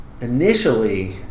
initially